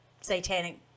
satanic